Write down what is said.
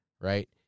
Right